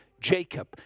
Jacob